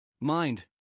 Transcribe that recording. mind